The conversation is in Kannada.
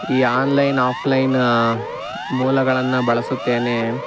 ಈ ಆನ್ಲೈನ್ ಆಫ್ಲೈನ್ ಮೂಲಗಳನ್ನು ಬಳಸುತ್ತೇನೆ